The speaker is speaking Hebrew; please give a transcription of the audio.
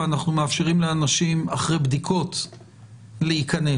אנחנו מאפשרים לאנשים אחרי בדיקות להיכנס.